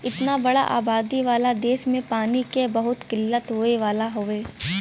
इतना बड़ा आबादी वाला देस में पानी क बहुत किल्लत होए वाला हउवे